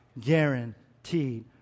guaranteed